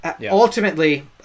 ultimately